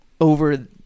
over